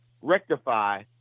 rectify